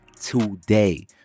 today